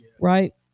right